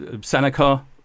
Seneca